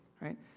right